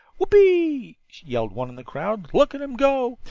whoopee! yelled one in the crowd. look at em go!